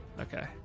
Okay